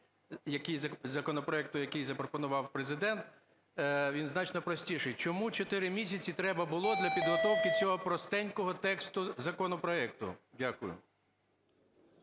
тексти законопроекту, який запропонував Президент, він значно простіший. Чому чотири місяці треба було для підготовки цього простенького тексту законопроекту? Дякую.